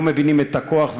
לא מבינים את הכוח,